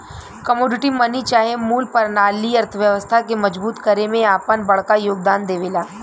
commodity money चाहे मूल परनाली अर्थव्यवस्था के मजबूत करे में आपन बड़का योगदान देवेला